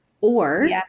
Or-